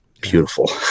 beautiful